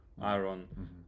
iron